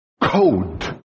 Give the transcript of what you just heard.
code